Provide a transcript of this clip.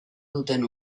duten